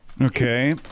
Okay